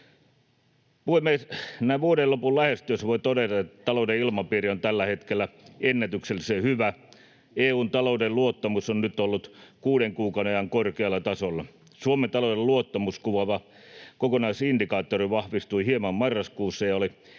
vuoden lopun lähestyessä voi todeta, että talouden ilmapiiri on tällä hetkellä ennätyksellisen hyvä. EU:n talouden luottamus on nyt ollut kuuden kuukauden ajan korkealla tasolla. Suomen talouden luottamusta kuvaava kokonaisindikaattori vahvistui hieman marraskuussa